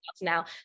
now